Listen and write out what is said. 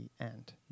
end